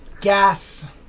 gas